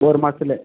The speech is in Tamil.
ஒரு மாசத்திலே